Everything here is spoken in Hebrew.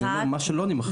אני אומר, מה שלא נמחק.